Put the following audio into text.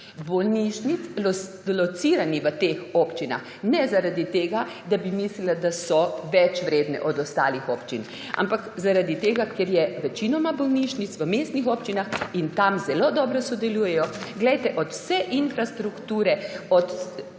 bolnišnic lociranih v teh občinah. Ne zaradi tega, da bi mislila, da so več vredne od ostalih občin, ampak zaradi tega, ker je večina bolnišnic v mestnih občinah in tam zelo dobro sodelujejo. Glejte, od vse infrastrukture, od